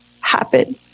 happen